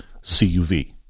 CUV